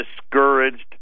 discouraged